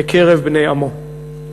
בקרב בני עמו.